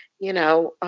you know,